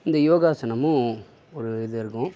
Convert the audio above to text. இந்த யோகாசனமும் ஒரு இது இருக்கும்